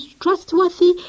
trustworthy